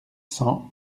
cents